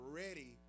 ready